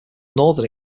northern